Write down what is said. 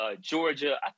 Georgia